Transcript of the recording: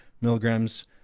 milligrams